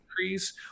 increase